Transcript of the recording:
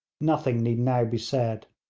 nothing need now be said,